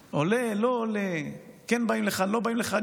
לעולה, לא עולה, כן באים לכאן, לא באים לכאן.